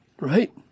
right